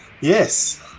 Yes